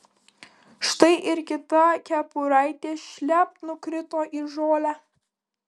štai ir kita kepuraitė šlept nukrito į žolę